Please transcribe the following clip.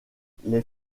les